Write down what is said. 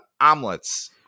omelets